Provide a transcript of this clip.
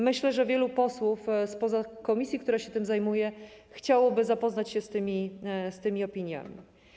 Myślę, że wielu posłów spoza komisji, która się tym zajmuje, chciałoby zapoznać się z tymi opiniami.